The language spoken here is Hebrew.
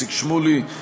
איציק שמולי,